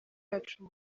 yacu